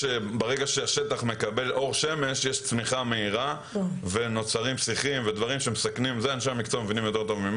השטח מקבל אור שמש ויש צמיחה מהירה של שיחים ודברים שמסכנים את היישוב.